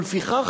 ולפיכך,